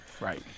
Right